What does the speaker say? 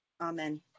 Amen